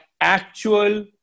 actual